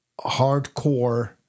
hardcore